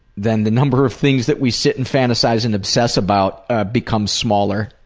then the number of things that we sit and fantasize and obsess about ah becomes smaller.